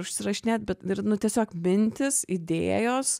užsirašinėt bet nu tiesiog mintys idėjos